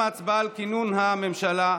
ההצבעה על כינון הממשלה,